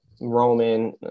Roman